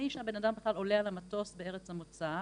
שהבן אדם בכלל עולה על המטוס בארץ המוצא,